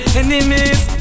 enemies